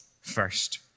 first